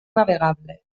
navegable